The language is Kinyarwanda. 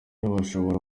bashobora